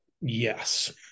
Yes